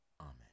Amen